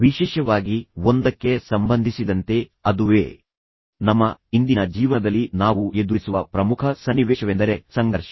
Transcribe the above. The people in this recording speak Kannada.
ವಿಶೇಷವಾಗಿ ಒಂದಕ್ಕೆ ಸಂಬಂಧಿಸಿದಂತೆ ಅದುವೇ ನಮ್ಮ ಇಂದಿನ ಜೀವನದಲ್ಲಿ ನಾವು ಎದುರಿಸುವ ಪ್ರಮುಖ ಸನ್ನಿವೇಶವೆಂದರೆ ಸಂಘರ್ಷ